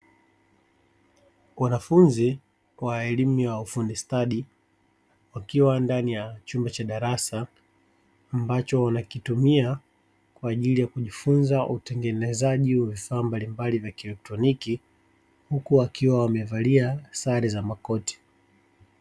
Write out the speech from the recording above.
Wanafunzi wa elimu ya ufundi stadi wakiwa ndani ya chunmba cha darasa ambacho wanakitumia kwa ajili ya kujifunza utengenezaji wa vifaa mbalimbali vya kielektroniki huku wakiwa wamevalia sare za makoti.